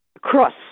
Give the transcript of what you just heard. Cross